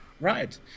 Right